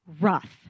rough